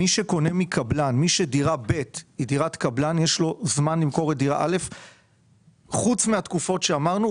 מי שדירה ב' שלו היא דירת קבלן חוץ מהתקופות שאמרנו,